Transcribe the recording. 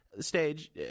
stage